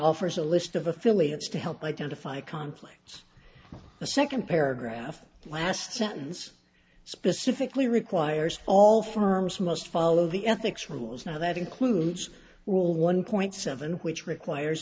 offers a list of affiliates to help identify conflicts the second paragraph last sentence specifically requires all firms must follow the ethics rules now that includes rule one point seven which requires